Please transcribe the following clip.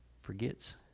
Forgets